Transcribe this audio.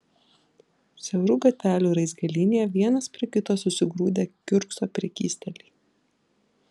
siaurų gatvelių raizgalynėje vienas prie kito susigrūdę kiurkso prekystaliai